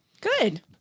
Good